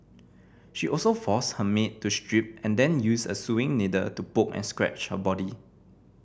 she also forced her maid to strip and then used a sewing needle to poke and scratch her body